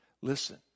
Listen